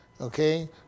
okay